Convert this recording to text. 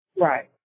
Right